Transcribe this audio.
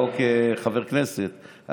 לא כחבר כנסת.